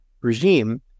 regime